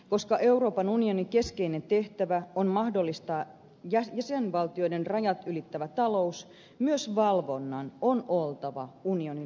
koska euroopan unionin keskeinen tehtävä on mahdollistaa jäsenvaltioiden rajat ylittävä talous myös valvonnan on oltava unionin laajuista